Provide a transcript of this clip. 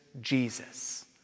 Jesus